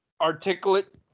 articulate